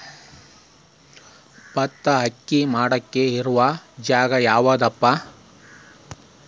ಭತ್ತವನ್ನು ಅಕ್ಕಿ ಮಾಡಾಕ ಇರು ಜಾಗ ಯಾವುದು?